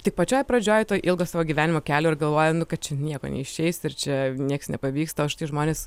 tik pačioj pradžioj to ilgo savo gyvenimo kelio ir galvoja nu kad čia nieko neišeis ir čia nieks nepavyksta už tai žmonės